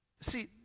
See